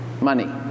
Money